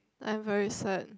I'm very sad